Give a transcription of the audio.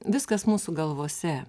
viskas mūsų galvose